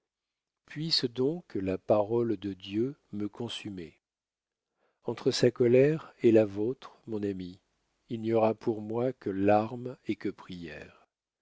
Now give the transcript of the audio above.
puisse donc la parole de dieu me consumer entre sa colère et la vôtre mon ami il n'y aura pour moi que larmes et que prières